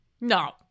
No